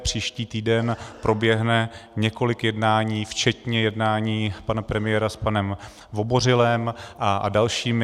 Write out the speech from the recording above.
Příští týden proběhne několik jednání včetně jednání pana premiéra s panem Vobořilem a dalšími.